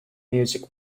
music